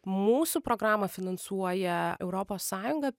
mūsų programą finansuoja europos sąjunga